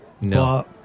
No